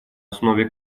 основе